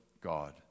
God